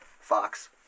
Fox